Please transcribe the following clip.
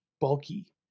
bulky